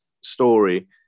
story